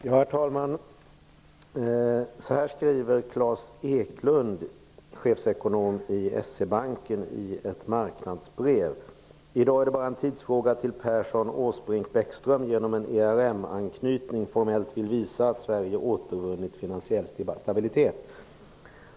Herr talman! Så här skriver Klas Eklund, chefsekonom i SE-banken, i ett marknadsbrev: I dag är det bara en tidsfråga tills Persson, Åsbrink och Bäckström genom en ERM-anknytning formellt vill visa att Sverige återvunnit finansiell stabilitet.